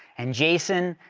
and jason,